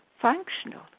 functional